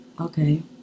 okay